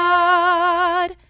God